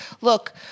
look